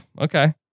okay